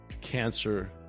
cancer